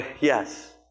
Yes